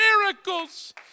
miracles